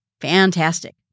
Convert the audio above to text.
Fantastic